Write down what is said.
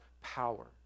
power